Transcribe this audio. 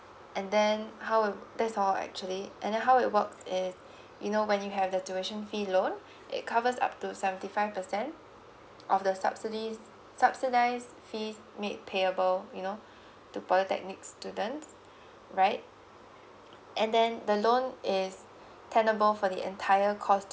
and then how um that's all actually and then how it works is you know when you have the tuition fee loan it covers up to seventy five percent of the subsidies subsidised fees made payable you know to polytechnic students right and then the loan is tenable for the entire course